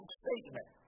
statement